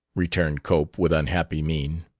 returned cope, with unhappy mien.